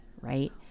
right